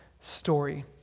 story